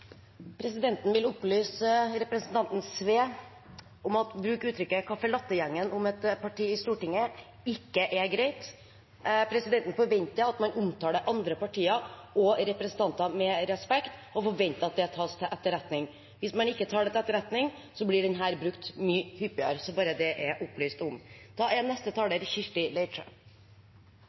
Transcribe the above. Presidenten vil opplyse representanten Sve om at å bruke uttrykket «caffè latte-gjengen» om et parti i Stortinget ikke er greit. Presidenten forventer at man omtaler andre partier og representanter med respekt, og forventer at det tas til etterretning. Hvis man ikke tar det til etterretning, blir denne klubba brukt mye hyppigere – bare så det er opplyst om